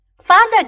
Father